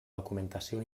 documentació